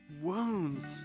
wounds